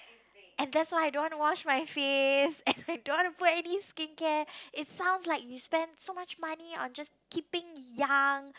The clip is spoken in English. and that's why I don't want to wash my face and I don't want to put any skincare it sounds like you spent so much money on just keeping young